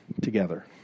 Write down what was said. together